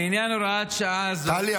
לעניין הוראת שעה זו --- טלי,